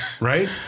Right